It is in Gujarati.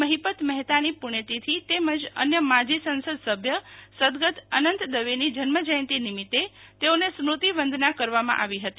મહિપત મહેતાની પુણ્યતિથિ તેમજ અન્ય માજી સંસદ સભ્ય સદગત અનંત દવેની જન્મજયંતી નિમિત્તે તેઓને સ્મૃતિ વંદના કરવામાં આવી હતી